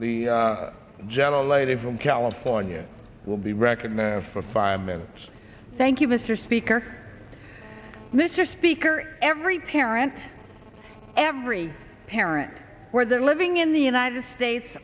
the gentle lady from california will be reckoned for five minutes thank you mr speaker mr speaker every parent every parent or their living in the united states